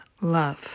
love